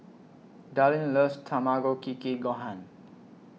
Dallin loves Tamago Kake Gohan